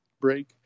break